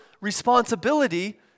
responsibility